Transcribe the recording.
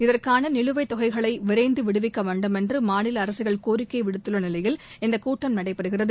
இதற்கான நிலுவைத் தொகைகளை விரைந்து விடுவிக்க வேண்டும் என்று மாநில அரசுகள் கோரிக்கை விடுத்துள்ள நிலையில் இந்தக் கூட்டம் நடைபெறுகிறது